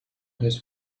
his